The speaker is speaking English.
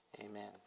Amen